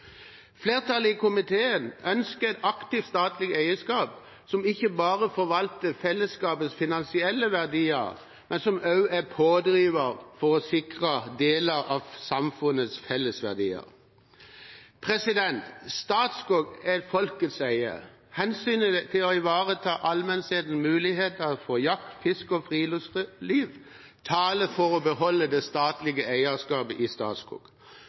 Flertallet i komiteen ønsker et aktivt statlig eierskap som ikke bare forvalter fellesskapets finansielle verdier, men som også er pådriver for å sikre deler av samfunnets fellesverdier. Statskog er folkets eie. Hensynet til å ivareta allmenhetens muligheter for jakt, fiske og friluftsliv taler for å beholde det statlige eierskapet i Statskog.